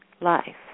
Life